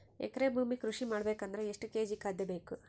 ಎಕರೆ ಭೂಮಿ ಕೃಷಿ ಮಾಡಬೇಕು ಅಂದ್ರ ಎಷ್ಟ ಕೇಜಿ ಖಾದ್ಯ ಬೇಕು?